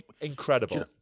incredible